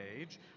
age